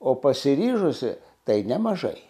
o pasiryžusi tai nemažai